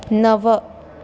नव